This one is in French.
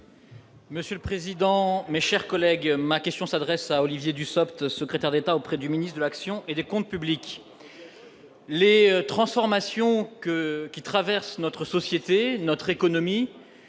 Monsieur le président, mes chers collègues, ma question s'adresse à Olivier Dussopt, secrétaire d'État auprès du ministre de l'action et des Comptes publics les transformations qui traversent notre société, notre économie